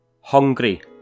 Hungry